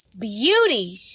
beauty